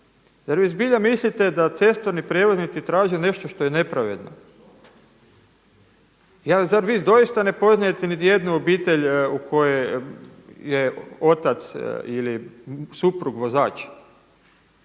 Zar vi zbilja mislite da cestovni prijevoznici traže nešto što je nepravedno? Zar vi doista ne poznajte nijednu obitelj u kojoj je otaca ili suprug vozač?